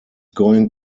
going